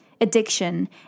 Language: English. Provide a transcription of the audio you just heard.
addiction